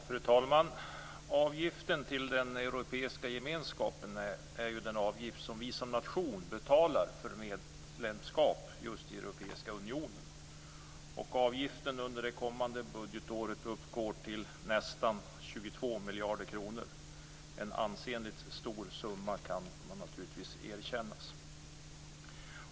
Fru talman! Avgiften till Europeiska gemenskapen är den avgift som vi som nation betalar för medlemskapet i Europeiska unionen. Avgiften under det kommande budgetåret uppgår till nästan 22 miljarder kronor. En ansenligt stor summa, det kan naturligtvis erkännas.